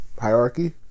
hierarchy